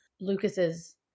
Lucas's